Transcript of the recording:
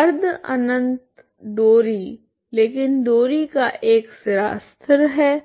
अर्ध अनंत डोरी लेकिन डोरी का एक सिरा स्थिर है